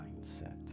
mindset